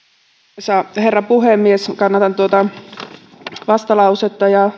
arvoisa herra puhemies kannatan tuota vastalausetta ja